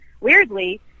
Weirdly